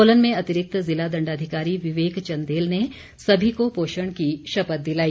सोलन में अतिरिक्त जिला दण्डाधिकारी विवेक चंदेल ने सभी को पोषण की शपथ दिलाई